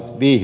neljä